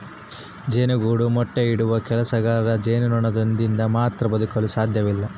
ಜೇನುಗೂಡು ಮೊಟ್ಟೆ ಇಡುವ ಕೆಲಸಗಾರ ಜೇನುನೊಣದಿಂದ ಮಾತ್ರ ಬದುಕಲು ಸಾಧ್ಯವಿಲ್ಲ